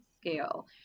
scale